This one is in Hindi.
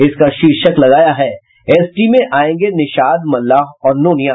इसका शीर्षक लगाया है एसटी में आयेंगे निषाद मल्लाह और नोनिया